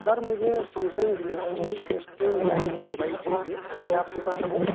سر مجھے Samsung Galaxy S ten Lite mobile چاہیے کیا آپ کے پاس ہے